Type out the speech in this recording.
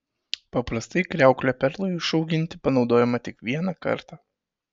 paprastai kriauklė perlui išauginti panaudojama tik vieną kartą